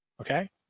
okay